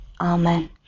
Amen